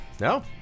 No